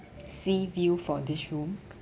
seaview for this room